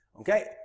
Okay